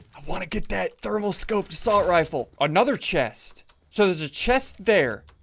want to get that thermal scope to salt rifle another chest so there's a chest there.